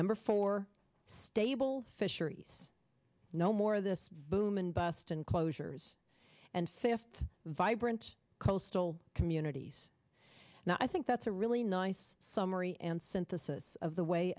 number four stable fisheries no more this volume and bust and closures and fifth vibrant coastal communities and i think that's a really nice summary and synthesis of the way